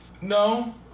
No